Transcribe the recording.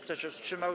Kto się wstrzymał?